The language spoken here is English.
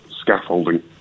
scaffolding